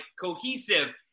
cohesive